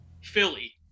philly